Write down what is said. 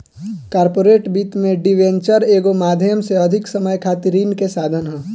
corporate वित्त में debenture एगो माध्यम से अधिक समय खातिर ऋण के साधन ह